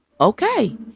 okay